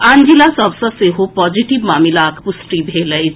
आन जिला सभ सँ सेहो पॉजिटिव मामिलाक पुष्टि भेल अछि